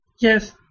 Yes